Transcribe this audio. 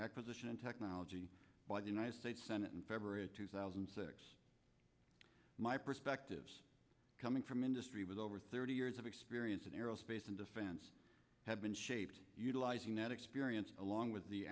acquisition and technology by the united states senate in february of two thousand my perspective coming from industry was over thirty years of experience in aerospace and defense have been shaped utilizing that experience along with the